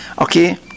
Okay